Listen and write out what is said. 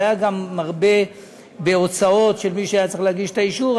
זה גם הרבה את ההוצאות של מי שהיה צריך להגיש את הדיווח לאישור.